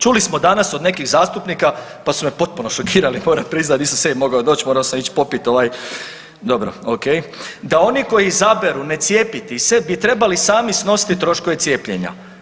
Čuli smo danas od nekih zastupnika pa su me potpuno šokirali moram priznati, nisam sebi mogao doć morao sam ić popit dobro ok, da oni koji izabiru ne cijepiti se bi trebali sami snositi troškove cijepljenja.